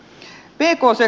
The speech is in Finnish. pk sektorille